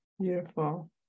Beautiful